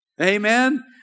Amen